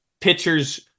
pitchers